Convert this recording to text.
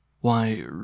Why—